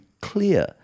clear